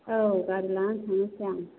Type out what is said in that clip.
औ गारि लानानै थांनोसै आं